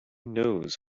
knows